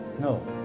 No